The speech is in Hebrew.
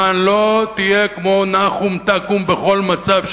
למען לא תהיה כמו "נחום תקום" בכל מצב,